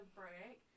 break